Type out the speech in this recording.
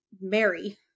Mary